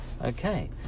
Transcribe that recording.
Okay